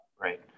Right